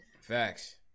facts